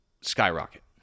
skyrocket